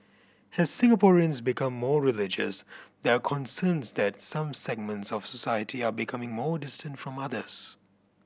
as Singaporeans become more religious there are concerns that some segments of society are becoming more distant from others